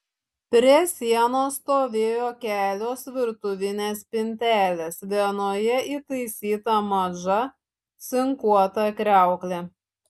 prie sienos stovėjo kelios virtuvinės spintelės vienoje įtaisyta maža cinkuota kriauklė